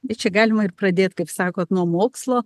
bet čia galima ir pradėt kaip sakot nuo mokslo